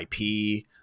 IP